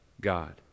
God